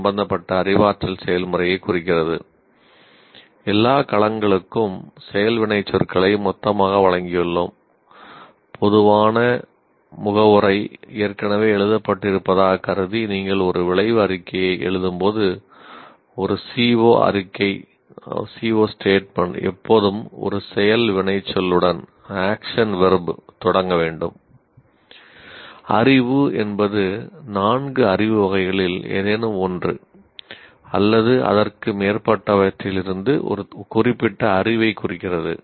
"அறிவு" என்பது நான்கு அறிவு வகைகளில் ஏதேனும் ஒன்று அல்லது அதற்கு மேற்பட்டவற்றிலிருந்து ஒரு குறிப்பிட்ட அறிவைக் குறிக்கிறது